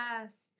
Yes